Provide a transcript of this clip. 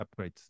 upgrades